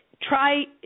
try